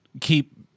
keep